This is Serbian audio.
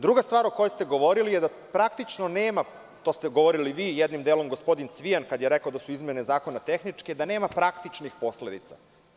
Druga stvar o kojoj ste govorili je da praktično nema, to ste govorili vi, jednim delom i gospodin Cvijan kad je rekao da su izmene zakona tehničke, praktičnih posledica.